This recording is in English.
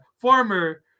former